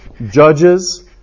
Judges